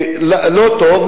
לא טוב.